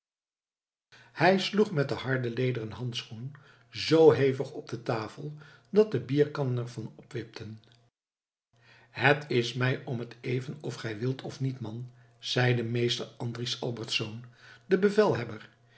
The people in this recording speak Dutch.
hij sloeg met den harden lederen handschoen z hevig op de tafel dat de bierkannen er van opwipten het is mij om het even of gij wilt of niet man zeide meester andries albertsz de bevelhebber